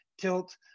Tilt